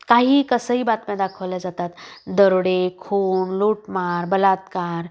काही कसंही बातम्या दाखवल्या जातात दरोडे खून लूटमार बलात्कार